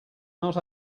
not